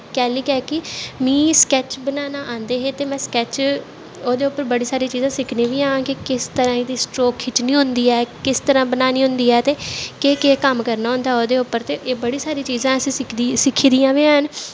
कैह्ल्ली कै कि मीं स्कैच बनाना आंदे हे ते में स्कैच ओह्दे पर बड़ी सारी चीजां सिक्खनी बी आं कि किस तरह् दी स्टोक खिच्चनी होंदी ऐ किस तरह् बनानी होंदी ऐ ते केह् केह् कम्म करना होंदा ओह्दे उप्पर ते एह् बड़ी सारी चीजां असें सिक्खी दियां बी हैन